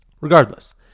regardless